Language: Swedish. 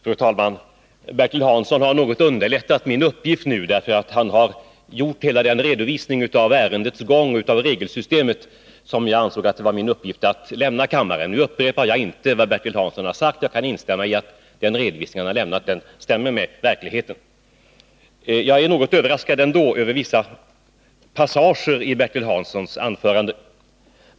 Fru talman! Bertil Hansson har något underlättat min uppgift, eftersom han har lämnat hela den redovisning av ärendets gång och regelsystemet som jag ansåg det vara min uppgift att lämna kammaren. Nu upprepar jag inte vad Bertil Hansson har sagt — jag kan vitsorda att den redovisning han lämnat stämmer med verkligheten. Jag är ändå något överraskad över vissa passager i Bertil Hanssons anförande.